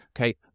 okay